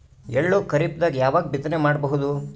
ಎಳ್ಳು ಖರೀಪದಾಗ ಯಾವಗ ಬಿತ್ತನೆ ಮಾಡಬಹುದು?